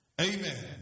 amen